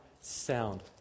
sound